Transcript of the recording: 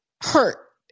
hurt